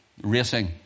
racing